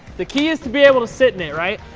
the key is to be able to sit in it, right?